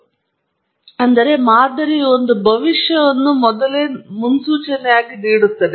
ಆದ್ದರಿಂದ ಮಾದರಿಯು ಒಂದು ಭವಿಷ್ಯವನ್ನು ಮಾಡುತ್ತದೆ